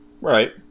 Right